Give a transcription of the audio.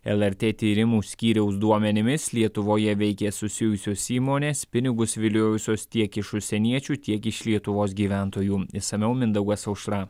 lrt tyrimų skyriaus duomenimis lietuvoje veikė susijusios įmonės pinigus viliojusios tiek iš užsieniečių tiek iš lietuvos gyventojų išsamiau mindaugas aušra